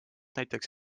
näiteks